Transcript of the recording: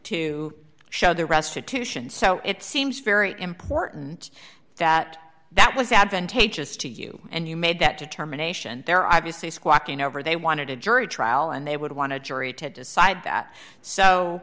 to show the restitution so it seems very important that that was advantageous to you and you made that determination there obviously squatting over they wanted a jury trial and they would want to jury to decide that so